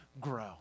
grow